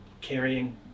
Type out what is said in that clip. Carrying